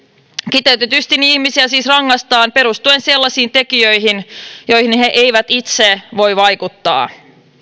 kiteytetysti ihmisiä siis rangaistaan perustuen sellaisiin tekijöihin joihin he eivät itse voi vaikuttaa